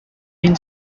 been